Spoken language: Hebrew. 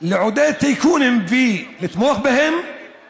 לעודד טייקונים ולתמוך בהם